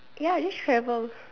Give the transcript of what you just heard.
ya just travel